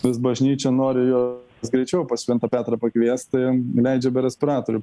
vis bažnyčia nori juos greičiau pas šventą petrą pakviest tai įleidžia be respiratorių